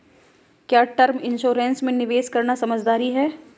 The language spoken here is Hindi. क्या टर्म इंश्योरेंस में निवेश करना समझदारी है?